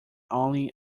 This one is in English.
only